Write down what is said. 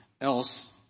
Else